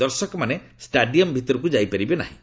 ଦର୍ଶକମାନେ ଷ୍ଟାଡିୟମ ଭିତରକୁ ଯାଇପାରିବେ ନାହିଁ